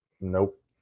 Nope